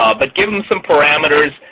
ah but give them some parameters.